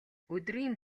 өдрийн